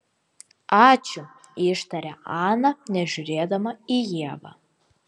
ačiū ištarė ana nežiūrėdama į ievą